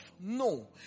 No